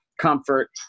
comfort